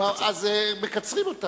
אז מקצרים אותה.